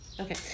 Okay